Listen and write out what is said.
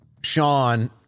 Sean